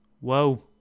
Whoa